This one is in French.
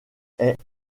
est